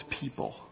people